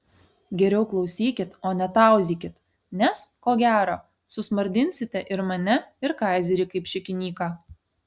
geriau klausykit o ne tauzykit nes ko gero susmardinsite ir mane ir kaizerį kaip šikinyką